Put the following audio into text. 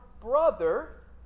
brother